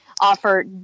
offer